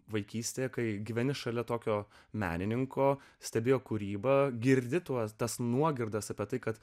vaikystėje kai gyveni šalia tokio menininko stebėjo kūrybą girdi tuos tas nuogirdas apie tai kad